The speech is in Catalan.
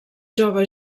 jove